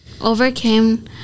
overcame